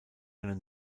eine